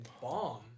bomb